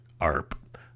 ARP